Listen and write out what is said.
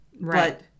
right